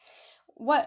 what